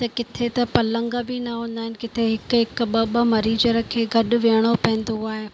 त किथे त पलंग बि न हूंदा आहिनि किथे हिकु हिकु ॿ ॿ मरीज रखी गॾु विहणो पवंदो आहे